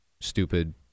stupid